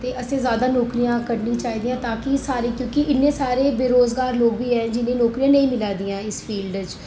ते असें ज्यादा नौकरियां कड्ढनी चाहिदियां ताकि क्योंकि इन्ने सारे बेरोजगार लोक बी हैन जिनें गी नौकरियां नेईं मिली दियां इस फील्ड च